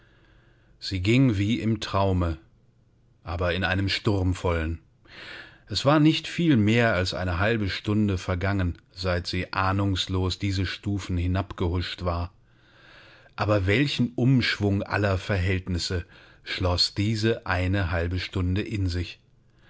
sie ging wie im traume aber in einem sturmvollen es war nicht viel mehr als eine halbe stunde vergangen seit sie ahnungslos diese stufen hinabgehuscht war aber welchen umschwung aller verhältnisse schloß diese eine halbe stunde in sich